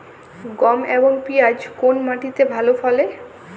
গম এবং পিয়াজ কোন মাটি তে ভালো ফলে?